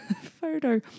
photo